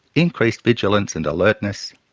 increased vigilance and alertness,